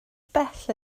bell